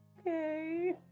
Okay